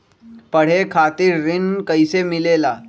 पढे खातीर ऋण कईसे मिले ला?